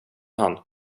han